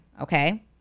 okay